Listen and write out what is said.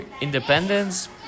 independence